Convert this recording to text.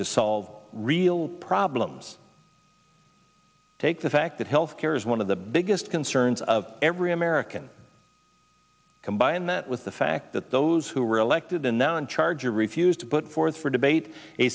to solve real problems take the fact that health care is one of the biggest concerns of every american combine that with the fact that those who were elected and now in charge are refused to put forth for debate a